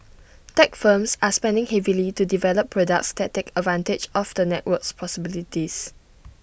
tech firms are spending heavily to develop products that take advantage of the network's possibilities